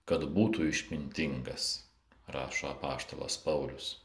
kad būtų išmintingas rašo apaštalas paulius